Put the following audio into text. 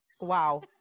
wow